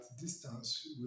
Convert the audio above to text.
distance